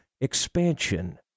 expansion